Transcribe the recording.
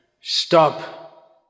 stop